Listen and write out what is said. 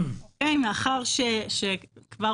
מאחר שכבר